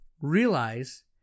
realize